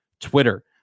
Twitter